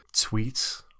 tweet